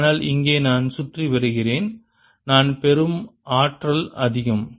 ஆனால் இங்கே நான் சுற்றி வருகிறேன் நான் பெறும் ஆற்றல் அதிகம்